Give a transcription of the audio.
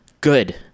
good